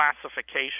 classification